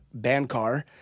Bancar